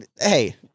hey